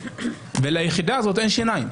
ליחידה הזאת אין שיניים.